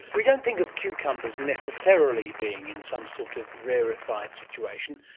we don't think of cucumbers necessarily being in some sort of rarefied situation.